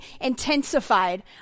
intensified